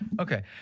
Okay